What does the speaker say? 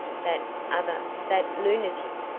that other that lunatic!